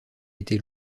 été